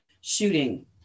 shooting